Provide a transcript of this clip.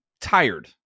tired